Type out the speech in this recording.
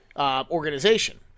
organization